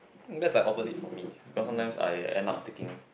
that's like opposite for me because sometimes I end up taking